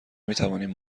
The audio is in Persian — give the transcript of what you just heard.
میتوانیم